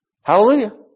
Hallelujah